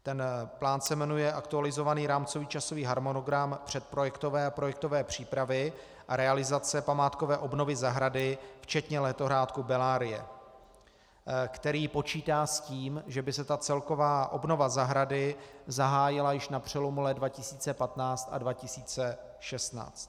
Ten plán se jmenuje Aktualizovaný rámcový časový harmonogram předprojektové a projektové přípravy a realizace památkové obnovy zahrady, včetně letohrádku Bellarie, který počítá s tím, že by se celková obnova zahrady zahájila již na přelomu let 2015 a 2016.